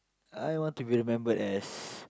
I want to be remember as